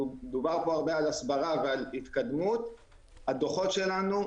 דובר כאן הרבה על הסברה ועל התקדמות אבל הדוחות שלנו,